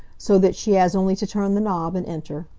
so that she has only to turn the knob and enter.